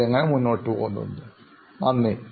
ഇത് എങ്ങനെ മുന്നോട്ടു പോകുന്നു എന്ന് വളരെയധികം നന്ദി